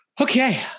okay